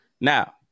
Now